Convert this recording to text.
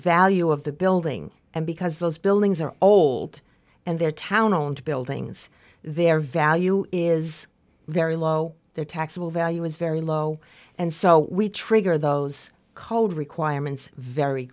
value of the building and because those buildings are old and their town and buildings their value is very low their taxable value is very low and so we trigger those code requirements very